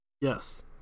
Yes